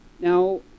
Now